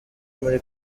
muri